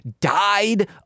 died